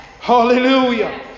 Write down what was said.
Hallelujah